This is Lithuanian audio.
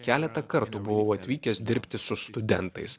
keletą kartų buvau atvykęs dirbti su studentais